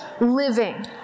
living